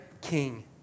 king